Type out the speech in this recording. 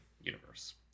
universe